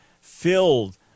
Filled